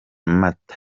mata